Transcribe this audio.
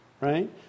right